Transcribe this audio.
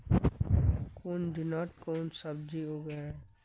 कुन दिनोत कुन सब्जी उगेई?